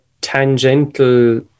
tangential